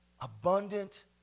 abundant